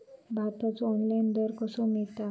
भाताचो ऑनलाइन दर कसो मिळात?